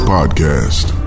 Podcast